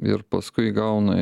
ir paskui gauna